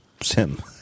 sim